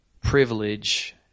privilege